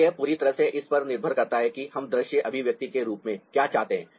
तो यह पूरी तरह से इस पर निर्भर करता है कि हम दृश्य अभिव्यक्ति के रूप में क्या चाहते हैं